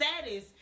status